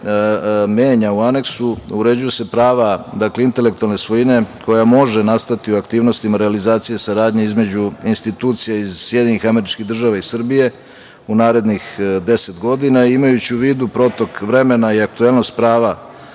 menja u Aneksu, uređuju se prava intelektualne svojine koja mogu nastati u aktivnostima u realizaciji saradnje između institucija iz SAD i Srbije u narednih deset godina. Imajući u vidu protok vremena i aktuelnost prava